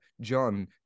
John